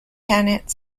janet